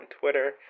Twitter